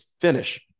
finish